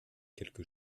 quelque